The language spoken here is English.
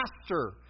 master